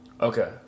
okay